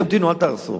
תמתינו, אל תהרסו.